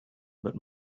but